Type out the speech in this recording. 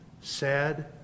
Sad